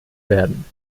werden